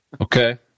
Okay